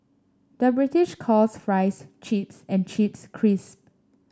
the British calls fries chips and chips crisps